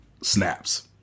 snaps